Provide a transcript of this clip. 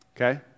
okay